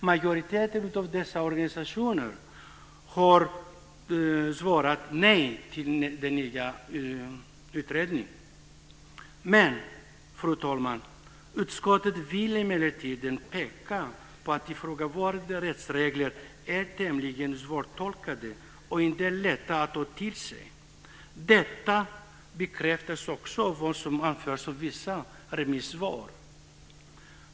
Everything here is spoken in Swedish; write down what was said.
Majoriteten av dessa organisationer har sagt nej till den nya utredningen. Fru talman! Utskottet vill emellertid peka på att ifrågavarande rättsregler är tämligen svårtolkade och inte lätta att ta till sig. Detta bekräftas också av vad som anförs i vissa remissvar.